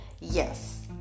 Yes